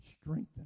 strengthen